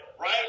right